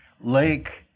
Lake